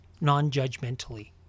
non-judgmentally